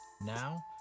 Now